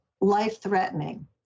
life-threatening